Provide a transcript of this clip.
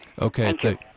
Okay